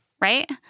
Right